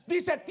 Dice